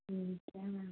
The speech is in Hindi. ठीक है मैम